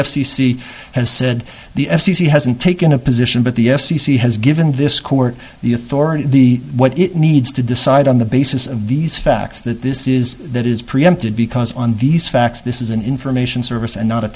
c has said the f c c hasn't taken a position but the f c c has given this court the authority the what it needs to decide on the basis of these facts that this is that is preempted because on these facts this is an information service and not a